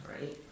right